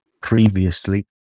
previously